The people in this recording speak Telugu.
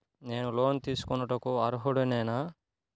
నేను లోన్ తీసుకొనుటకు అర్హుడనేన?